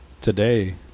today